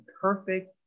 perfect